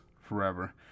forever